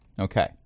Okay